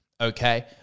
okay